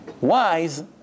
wise